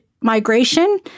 migration